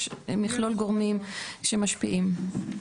יש מכלול גורמים שמשפיעים.